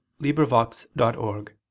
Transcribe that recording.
LibriVox.org